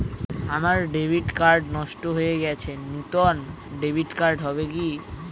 আমার debit card নষ্ট হয়ে গেছে নূতন ডেবিট কার্ড হবে কি?